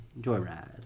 Joyride